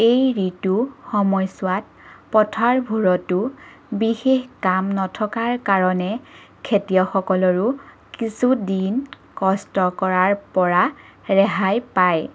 এই ঋতু সময়চোৱাত পথাৰবোৰতো বিশেষ কাম নথকাৰ কাৰণে খেতিয়কসকলৰো কিছু দিন কষ্ট কৰাৰ পৰা ৰেহাই পায়